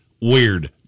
weird